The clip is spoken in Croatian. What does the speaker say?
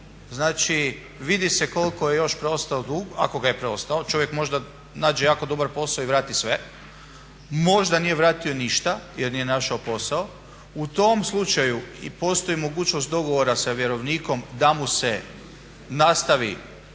znači vidi se koliko je još preostao dug, ako ga je preostao, čovjek možda nađe jako dobar posao i vrati sve, možda nije vratio ništa jer nije našao posao, u tom slučaju i postoji mogućnost dogovora sa vjerovnikom da mu se nastavi